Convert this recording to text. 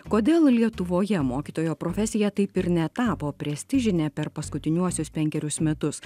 kodėl lietuvoje mokytojo profesija taip ir netapo prestižinė per paskutiniuosius penkerius metus